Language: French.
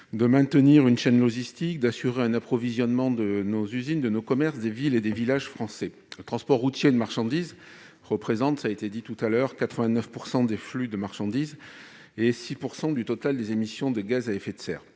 de maintenir une chaîne logistique, d'assurer un approvisionnement de nos usines, de nos commerces, des villes et des villages français. Le transport routier de marchandises représente 89 % des flux de marchandises et 6 % du total des émissions de gaz à effet de serre.